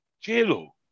J-Lo